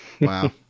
Wow